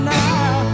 now